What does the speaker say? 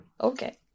Okay